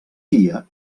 tia